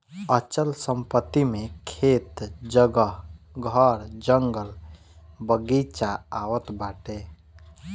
अचल संपत्ति मे खेत, जगह, घर, जंगल, बगीचा आवत बाटे